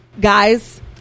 guys